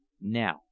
Now